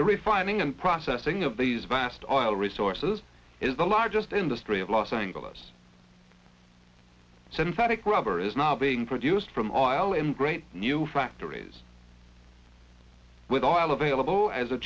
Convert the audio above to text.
the refining and processing of these vast oil resources is the largest industry of los angeles synthetic rubber is now being produced from oil in great new factories with all available as a